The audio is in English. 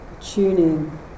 Tuning